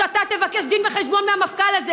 שאתה תבקש דין וחשבון מהמפכ"ל הזה,